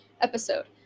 episode